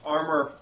Armor